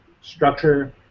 structure